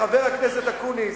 חבר הכנסת אקוניס: